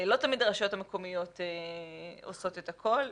לא תמיד הרשויות המקומיות עושות את הכל,